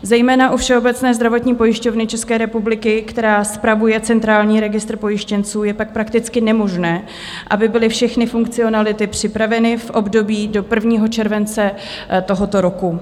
Zejména u Všeobecné zdravotní pojišťovny České republiky, která spravuje Centrální registr pojištěnců, je tak prakticky nemožné, aby byly všechny funkcionality připraveny v období do 1. července tohoto roku.